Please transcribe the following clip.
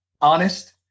honest